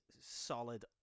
solid